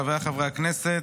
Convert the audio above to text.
חבריי חברי הכנסת,